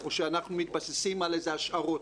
או שאנחנו מתבססים על השערות,